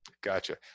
Gotcha